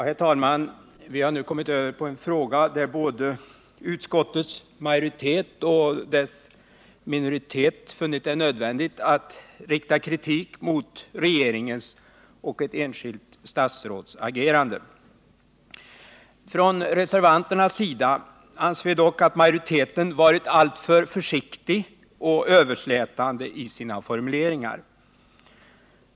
Herr talman! Vi har nu kommit över på en fråga där både utskottets majoritet och dess minoritet funnit det nödvändigt att rikta kritik mot regeringens och ett enskilt statsråds agerande. Från reservanternas sida anser vi dock att majoriteten varit alltför försiktig och överslätande i sina formuleringar.